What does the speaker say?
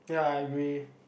ya I agree